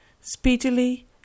speedily